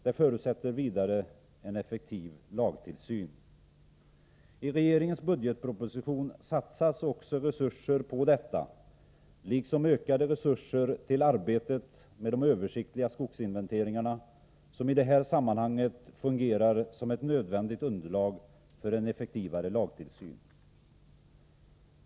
Det förutsätter vidare en effektiv tillsyn av att lagen efterlevs. I regeringens budgetproposition satsas också resurser på detta liksom ökade resurser till arbetet med de översiktliga skogsinventeringarna, som i detta sammanhang fungerar som nödvändigt underlag för en effektivare tillsyn.